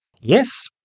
Yes